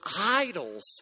idols